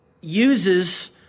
uses